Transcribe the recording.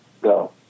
Go